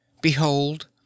behold